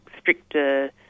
stricter